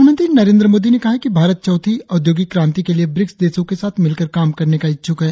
प्रधानमंत्री नरेंद्र मोदी ने कहा है कि भारत चौथी औद्योगिक क्रांति के लिए ब्रिक्स देशों के साथ मिलकर काम करने का इच्छुक है